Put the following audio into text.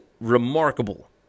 remarkable